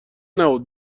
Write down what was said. نبود